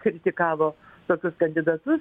kritikavo tokius kandidatus